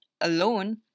alone